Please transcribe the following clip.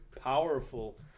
powerful